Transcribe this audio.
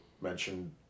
mentioned